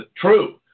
true